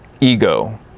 ego